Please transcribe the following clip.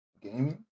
Gaming